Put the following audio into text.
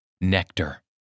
nectar